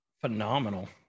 phenomenal